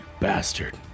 bastard